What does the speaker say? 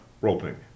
roping